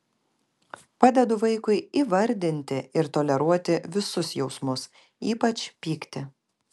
padedu vaikui įvardinti ir toleruoti visus jausmus ypač pyktį